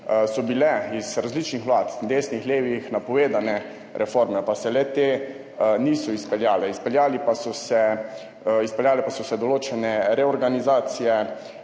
so bile iz različnih vlad, desnih, levih, napovedane reforme, pa se le-te niso izpeljale. Izpeljale pa so se določene reorganizacije,